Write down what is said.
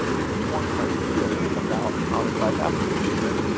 if you want some ideas about how to drive fafsa completion,